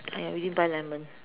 !aiya! we didn't buy lemon